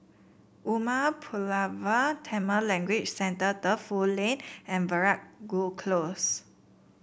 Umar Pulavar Tamil Language Centre Defu Lane and Veeragoo Close